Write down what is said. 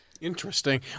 Interesting